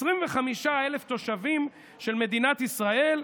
25,000 תושבים של מדינת ישראל,